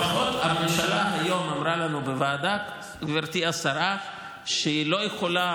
לפחות היום הממשלה אמרה לנו בוועדה שהיא לא יכולה